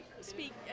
speak